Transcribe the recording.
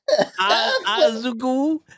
Azuku